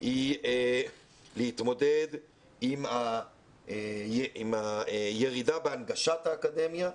זה להתמודד עם הירידה בהנגשת האקדמיה,